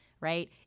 right